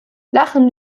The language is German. lachen